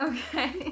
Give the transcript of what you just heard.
Okay